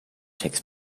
takes